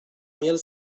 mil